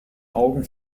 augen